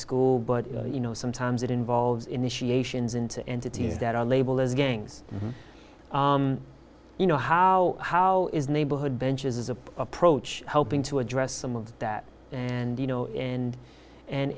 school but you know sometimes it involves initiations into entities that are labeled as gangs you know how how is neighborhood benches of approach helping to address some of that and you know and and